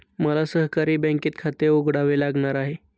मला सहकारी बँकेत खाते उघडावे लागणार आहे